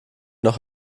noch